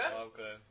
Okay